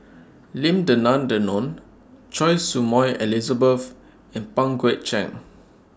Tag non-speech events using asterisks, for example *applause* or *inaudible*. *noise* Lim Denan Denon Choy Su Moi Elizabeth and Pang Guek Cheng